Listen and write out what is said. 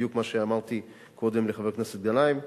בדיוק מה שאמרתי קודם לחבר הכנסת גנאים.